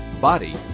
body